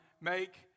make